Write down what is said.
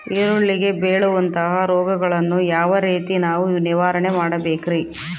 ಈರುಳ್ಳಿಗೆ ಬೇಳುವಂತಹ ರೋಗಗಳನ್ನು ಯಾವ ರೇತಿ ನಾವು ನಿವಾರಣೆ ಮಾಡಬೇಕ್ರಿ?